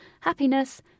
happiness